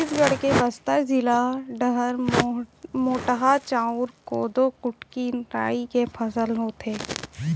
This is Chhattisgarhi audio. छत्तीसगढ़ के बस्तर जिला डहर मोटहा चाँउर, कोदो, कुटकी, राई के फसल होथे